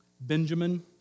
Benjamin